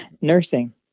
nursing